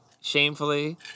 shamefully